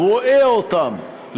רואה אותם,